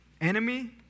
enemy